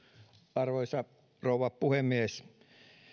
arvoisa rouva puhemies